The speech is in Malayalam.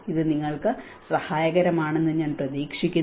ഇത് നിങ്ങൾക്ക് സഹായകരമാണെന്ന് ഞാൻ പ്രതീക്ഷിക്കുന്നു